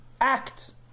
act